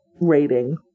rating